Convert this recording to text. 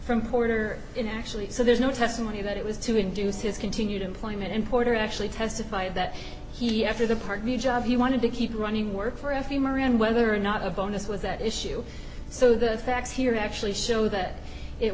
from porter in actually so there's no testimony that it was to induce his continued employment in puerto actually testified that he after the part new job he wanted to keep running work for a few moran whether or not a bonus was that issue so the facts here actually show that it